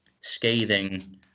scathing